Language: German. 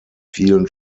vielen